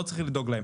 לא צריך לדאוג להן.